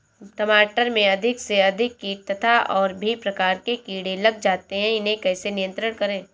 टमाटर में अधिक से अधिक कीट तथा और भी प्रकार के कीड़े लग जाते हैं इन्हें कैसे नियंत्रण करें?